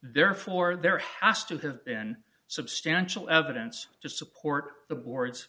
therefore there has to have been substantial evidence to support the board